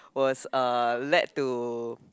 was uh lead to